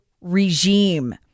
regime